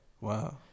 Wow